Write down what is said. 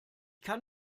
kann